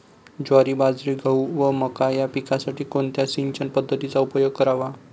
ज्वारी, बाजरी, गहू व मका या पिकांसाठी कोणत्या सिंचन पद्धतीचा उपयोग करावा?